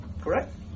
correct